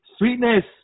Sweetness